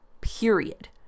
period